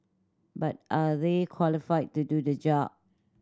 but are they qualified to do the job